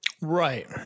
right